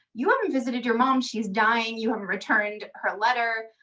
you haven't visited your mom, she is dying. you um returned her letter.